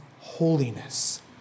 holiness